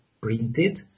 printed